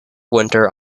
winter